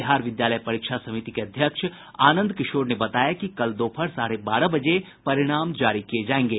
बिहार विद्यालय परीक्षा समिति के अध्यक्ष आनंद किशोर ने बताया कि कल दोपहर साढ़े बारह बजे परिणाम जारी किये जायेंगे